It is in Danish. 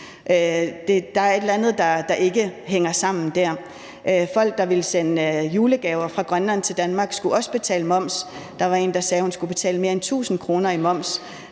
Der er et eller andet, der ikke hænger sammen der. Folk, der ville sende julegaver fra Grønland til Danmark, skulle også betale moms. Der var en, der sagde, at hun skulle betale mere end 1.000 kr. i moms,